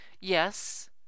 Yes